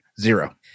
Zero